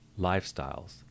lifestyles